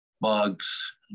bugs